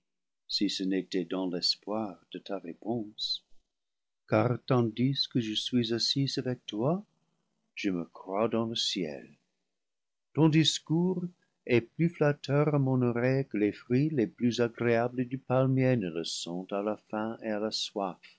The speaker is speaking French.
si ce n'était dans l'espoir de ta ré ponse car tandis que je suis assis avec toi je me crois dans le ciel ton discours est plus flatteur à mon oreille que les fruits les plus agréables du palmier ne le sont à la faim et à la